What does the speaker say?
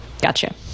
gotcha